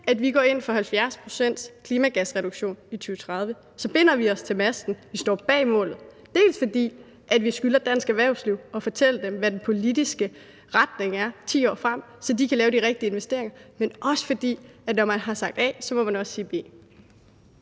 at vi går ind for 70 pct.s klimagasreduktion i 2030, så binder vi os til masten. Vi står bag målet, både fordi vi skylder dansk erhvervsliv at fortælle dem, hvad den politiske retning er 10 år frem, så de kan lave de rigtige investeringer, men også fordi man, når man har sagt A, også må sige B.